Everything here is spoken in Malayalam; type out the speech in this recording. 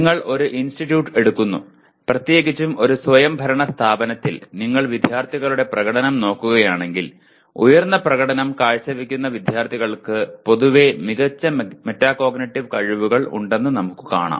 നിങ്ങൾ ഒരു ഇൻസ്റ്റിറ്റ്യൂട്ട് എടുക്കുന്നു പ്രത്യേകിച്ചും ഒരു സ്വയംഭരണ സ്ഥാപനത്തിൽ നിങ്ങൾ വിദ്യാർത്ഥികളുടെ പ്രകടനം നോക്കുകയാണെങ്കിൽ ഉയർന്ന പ്രകടനം കാഴ്ചവയ്ക്കുന്ന വിദ്യാർത്ഥികൾക്ക് പൊതുവെ മികച്ച മെറ്റാകോഗ്നിറ്റീവ് കഴിവുകൾ ഉണ്ടെന്ന് നമുക്ക് കാണാം